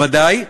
ודאי,